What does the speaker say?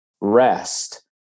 rest